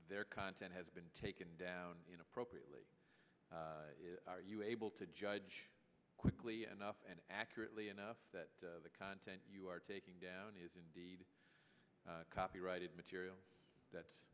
their content has been taken down inappropriately are you able to judge quickly enough and accurately enough that the content you are taking down is indeed copyrighted material that